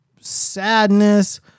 sadness